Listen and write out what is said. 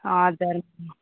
हजुर